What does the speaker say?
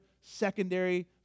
secondary